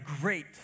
great